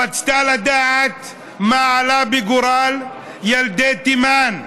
רצתה לדעת מה עלה בגורל ילדי תימן.